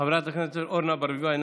חברת הכנסת אורנה ברביבאי,